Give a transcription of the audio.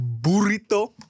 burrito